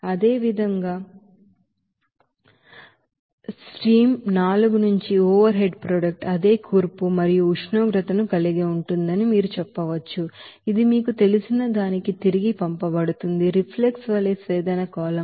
అదేవిధంగా ఆ స్ట్రీమ్ నాలుగు నుంచి ఓవర్ హెడ్ ప్రొడక్ట్ అదే కంపోసిషన్ మరియు ఉష్ణోగ్రతను కలిగి ఉంటుందని మీరు చెప్పవచ్చు ఇది మీకు తెలిసిన దానికి తిరిగి పంపబడుతుంది రిఫ్లక్స్ వలే డిస్టిలేషన్న కాలమ్